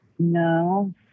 No